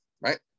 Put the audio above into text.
right